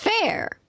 fair